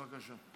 בבקשה.